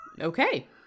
Okay